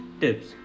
tips